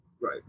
Right